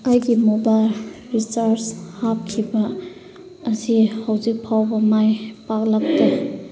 ꯑꯩꯒꯤ mobile recharge ꯍꯥꯞꯈꯤꯕ ꯑꯁꯤ ꯍꯧꯖꯤꯛꯐꯥꯎꯕ ꯃꯥꯏ ꯄꯥꯛꯂꯛꯇꯦ